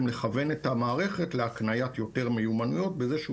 לכוון את המערכת להקניית יותר מיומנויות בזה שהוא